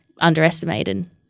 underestimated